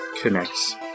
Connects